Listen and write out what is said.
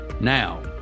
Now